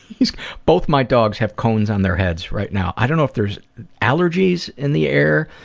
both my dogs have cones on their heads right now. i don't know if there's allergies in the air.